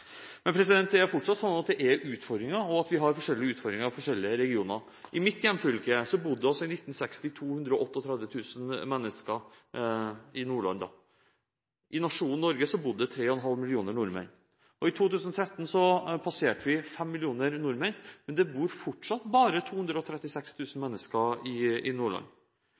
Det er fortsatt utfordringer, og vi har forskjellige utfordringer i de forskjellige regionene. I mitt hjemfylke, Nordland, bodde det i 1962 138 000 mennesker, og i nasjonen Norge bodde det 3,5 millioner nordmenn. I 2013 passerte vi 5 millioner, men det bor fortsatt bare 236 000 mennesker i Nordland. Det betyr at en stadig mindre del av befolkningen bor, arbeider og lever i Nordland, og en stadig mindre del skaper verdier i Nordland.